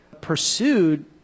pursued